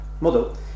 model